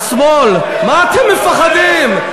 מהשמאל, מה אתם מפחדים?